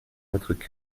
votre